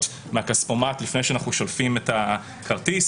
מהכספומט לפני שאנחנו שולפים את הכרטיס,